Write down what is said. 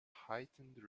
heightened